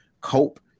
cope